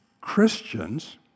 Christians